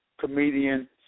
comedian